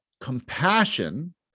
compassion